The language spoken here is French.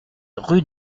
rue